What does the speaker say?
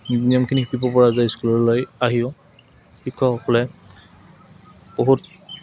নিয়মখিনি শিকিব পৰা যায় স্কুললৈ আহিও শিক্ষকসকলে বহুত